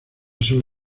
sus